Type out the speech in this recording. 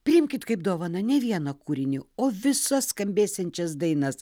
priimkit kaip dovaną ne vieną kūrinį o visas skambėsiančias dainas